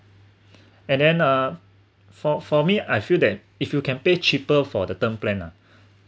and then uh for for me I feel that if you can pay cheaper for the term plan ah